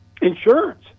insurance